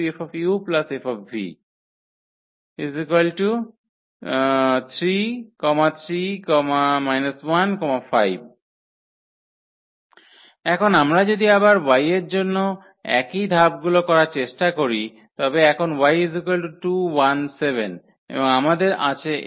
3 3 −1 5 এখন আমরা যদি আবার y এর জন্য একই ধাপগুলি করার চেষ্টা করি তবে এখন y2 1 7 এবং আমাদের আছে এই u এবং v